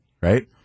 Right